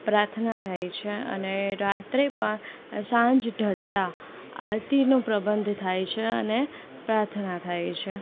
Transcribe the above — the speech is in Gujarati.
પ્રાર્થના થાય છે અને રાત્રે પણ સાંજ ઢળતાં આરતીનો પ્રબન્ધ થાય છે અને પ્રાર્થના થાય છે